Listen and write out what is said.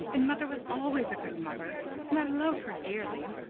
and mother was always a good mother and i love her dearly.